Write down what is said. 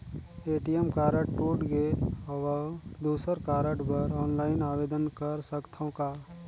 ATM card टूट गे हववं दुसर कारड बर ऑनलाइन आवेदन कर सकथव का?